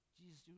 Jesus